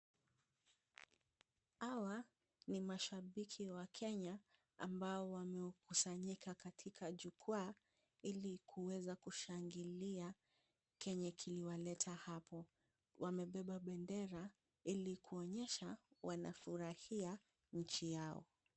Hawa ni mashabiki wa Kenya ambao wamekusanyika katika jukwaa, ili kuweza kushangilia kenye kiliwaleta hapo. Wamebeba bendera ili kuonyesha wanafurahia nchi yao.